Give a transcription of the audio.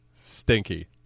stinky